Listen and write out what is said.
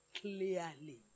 clearly